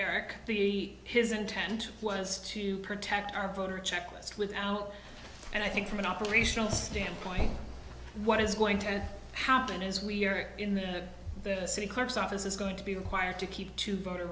eric the his intent was to protect our voter check list without and i think from an operational standpoint what is going to happen is we are in the city clerk's office is going to be required to keep to voter